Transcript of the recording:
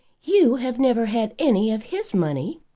you have never had any of his money.